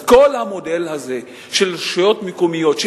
אז כל המודל הזה של רשויות מקומיות,